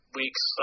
weeks